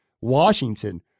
Washington